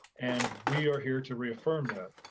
and we are here to reaffirm that.